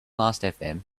lastfm